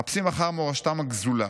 מחפשים אחר מורשתם הגזולה,